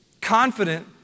Confident